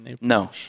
No